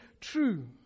true